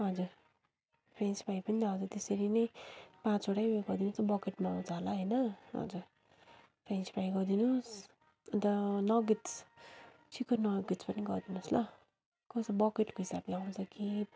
हजुर french fry पनि हजुर त्यसरी नै पाँचवटै उयो गरिदिनुहोस् न बकेटमा आउँछ होला होइन हजुर फ्रेन्च फ्राई गरिदिनुहोस् अन्त नगेट्स् चिकन नगेट्स् पनि गरिदिनुहोस् ल कस्तो बकेटको हिसाबले आउँछ कि